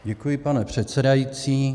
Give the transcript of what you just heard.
Děkuji, pane předsedající.